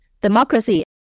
democracy